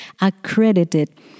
accredited